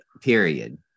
period